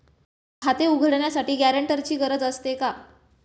खाते उघडण्यासाठी गॅरेंटरची गरज असते का?